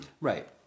Right